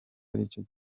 aricyo